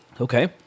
okay